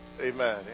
amen